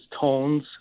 tones